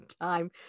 time